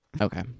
Okay